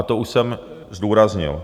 To už jsem zdůraznil.